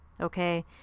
Okay